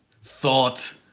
thought